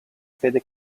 fede